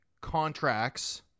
contracts